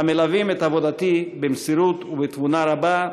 המלווים את עבודתי במסירות ובתבונה רבה.